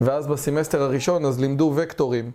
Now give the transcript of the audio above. ואז בסמסטר הראשון אז לימדו וקטורים